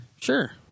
Sure